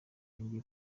yongeye